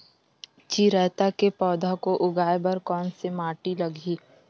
चिरैता के पौधा को उगाए बर कोन से माटी लगही?